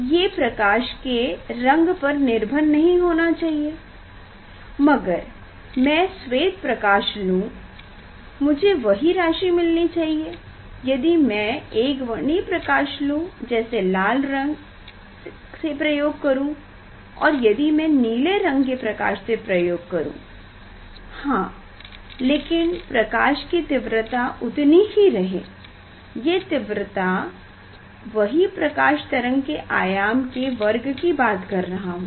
ये प्रकाश के रंग पर निर्भर नहीं होना चाहिए अगर मैं स्वेत प्रकाश लूँ मुझे वही राशि मिलनी चाहिए यदि मैं एकवर्णी प्रकाश लूँ जैसे लाल रंग से प्रयोग करूँ और यदि मैं नीले रंग के प्रकाश से प्रयोग करूँ हाँ लेकिन प्रकाश की तीव्रता उतनी ही रहे ये तीव्रता वही प्रकाश तरंग के आयाम के वर्ग की बात कह रहा हूँ